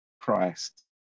Christ